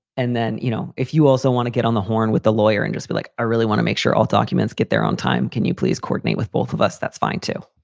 and then, you know, if you also want to get on the horn with the lawyer and just be like, i really want to make sure all documents get there on time. can you please coordinate with both of us? that's fine, too.